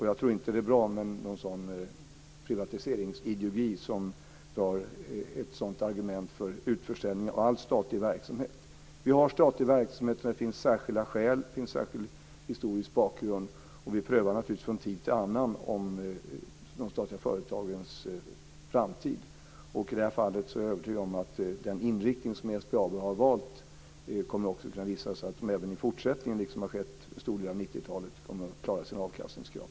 Jag tror inte att det är bra med en privatiseringsideologi som drar ett sådant argument för utförsäljning av all statlig verksamhet. Vi har statlig verksamhet där det finns särskilda skäl och en särskild historisk bakgrund och vi prövar naturligtvis från tid till annan i fråga om de statliga företagens framtid. Jag är övertygad om att den inriktning som SBAB har valt kommer att kunna visa att man även i fortsättningen, liksom skett under en stor del av 90-talet, kommer att klara sina avkastningskrav.